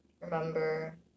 remember